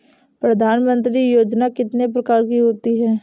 प्रधानमंत्री योजना कितने प्रकार की होती है?